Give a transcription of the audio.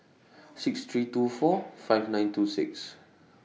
six three two four five nine two six